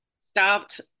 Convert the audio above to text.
stopped